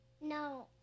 No